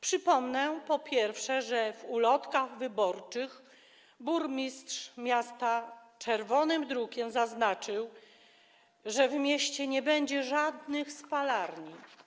Przypomnę, po pierwsze, że w ulotkach wyborczych burmistrz miasta czerwonym drukiem zaznaczył, że w mieście nie będzie żadnych spalarni.